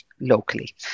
locally